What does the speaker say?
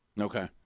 Okay